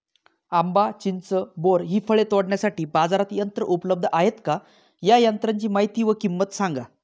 आंबा, चिंच, बोर हि फळे तोडण्यासाठी बाजारात यंत्र उपलब्ध आहेत का? या यंत्रांची माहिती व किंमत सांगा?